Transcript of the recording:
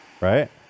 Right